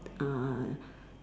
uh